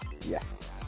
Yes